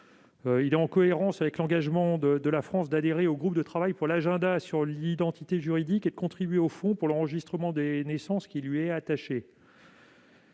est en cohérence avec l'engagement de la France d'adhérer au groupe de travail pour l'agenda sur l'identité juridique, et de contribuer au fonds pour l'enregistrement des naissances qui lui est attaché.